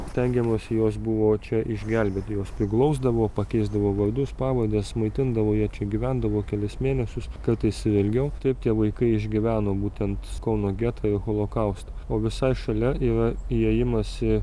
stengiamasi juos buvo čia išgelbėti juos priglausdavo pakeisdavo vardus pavardes maitindavo jie čia gyvendavo kelis mėnesius kartais ir ilgiau taip tie vaikai išgyveno būtent kauno getą ir holokaustą o visai šalia yra įėjimas į